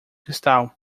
cristal